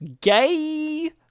gay